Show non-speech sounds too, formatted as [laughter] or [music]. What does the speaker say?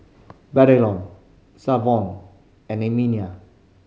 Braylon [unintelligible] and Emelia